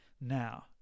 now